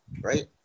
right